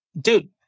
Dude